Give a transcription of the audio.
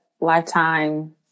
lifetime